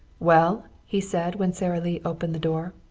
well, he said when sara lee opened the door,